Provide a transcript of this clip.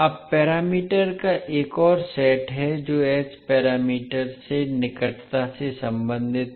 अब पैरामीटर का एक और सेट है जो एच पैरामीटर से निकटता से संबंधित है